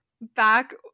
Back